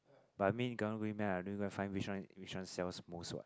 but I mean karang guni man I don't even find which one which one sells most what